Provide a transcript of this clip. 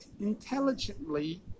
intelligently